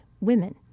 women